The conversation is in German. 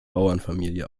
bauernfamilie